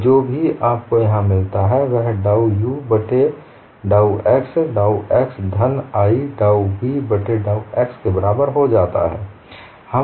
तो जो भी आपको यहां मिलता है वह डाउ u बट्टे डाउ x डाउ x धन i डाउ v बट्टे डाउ x के बराबर हो जाता है